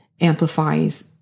amplifies